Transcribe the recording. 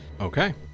Okay